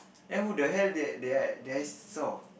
then who the hell did I did I did I saw